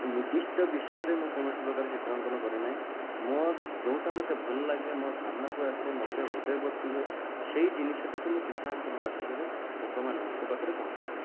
ନିର୍ଦ୍ଦିଷ୍ଟ ବିଷୟରେ ମୁଁ କୌଣସି ପ୍ରକାର ଚିତ୍ରାଙ୍କନ କରେନାହିଁ ମୋ ଯେଉଁଟା ମୋତେ ଭଲଲାଗେ ମୋ ସାମ୍ନାକୁ ଆସେ ମୋତେ ହୃଦୟସ୍ପର୍ଶୀ ହୁଏ ସେହି ଜିନିଷଟିକୁ ମୁଁ ଚିତ୍ରାଙ୍କନ ମାଧ୍ୟମରେ ଲୋକମାନଙ୍କ ପାଖରେ ପହଞ୍ଚେଇଥାଏ